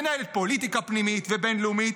מנהלת פוליטיקה פנימית ובין-לאומית